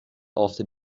after